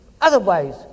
Otherwise